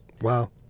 Wow